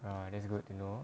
well that's good to know